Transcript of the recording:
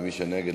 ומי שנגד,